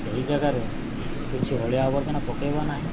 ସେହି ଜାଗାରେ କିଛି ଅଳିଆ ଆବର୍ଜନା ପକେଇବ ନାହିଁ